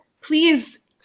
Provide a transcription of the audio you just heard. please